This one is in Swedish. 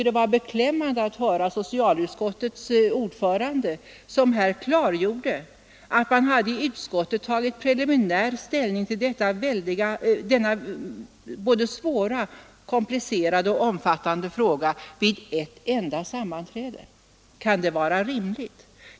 Det var beklämmande att höra socialutskottets ordförande här klargöra att man i utskottet hade tagit preliminär ställning till denna både komplicerade och omfattande fråga vid ett enda sammanträde. Kan det vara rimligt?